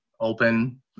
open